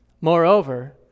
Moreover